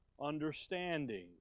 understanding